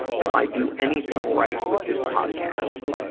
if i do anything right with this podcast,